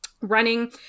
running